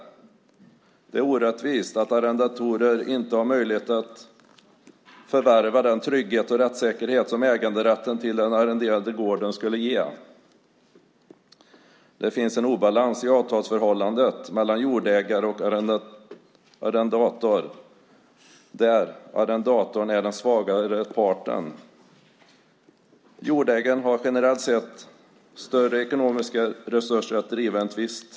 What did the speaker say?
Det är orättvist att arrendatorer inte har möjlighet att förvärva den trygghet och rättssäkerhet som äganderätten till den arrenderade gården skulle ge. Det finns en obalans i avtalsförhållandet mellan jordägare och arrendator där arrendatorn är den svagare parten. Jordägaren har generellt sett större ekonomiska resurser för att driva en tvist.